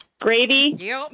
Gravy